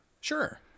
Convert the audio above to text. Sure